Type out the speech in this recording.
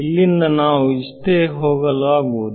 ಇಲ್ಲಿಂದ ನಾವು ಇಷ್ಟೇ ಹೋಗಲು ಆಗುವುದು